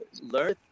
learn